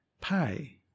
pay